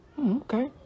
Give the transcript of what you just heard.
Okay